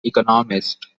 economist